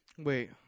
Wait